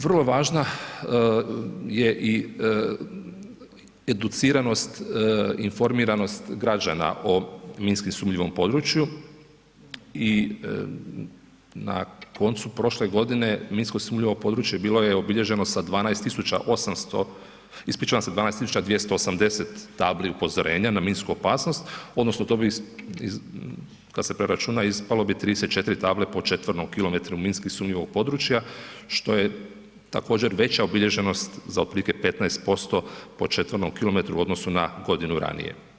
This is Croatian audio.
Vrlo važna je i educiranost i informiranost građana o minski sumnjivom području i na koncu prošle godine minsko sumnjivo područje bilo je obilježeno sa 12 tisuća 800, ispričavam se 12 tisuća 280 tabli upozorenja na minsku opasnost odnosno to bi kada se preračuna ispalo bi 34 table po četvornom kilometru minski sumnjivog područja što je također veća obilježenost za otprilike 15% po četvornom km u odnosu na godinu ranije.